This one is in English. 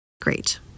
Great